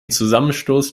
zusammenstoß